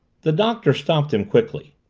the doctor stopped him quickly.